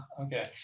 Okay